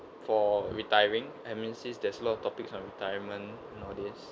for retiring M_N_C's there's a lot of topics on retirement nowadays